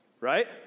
right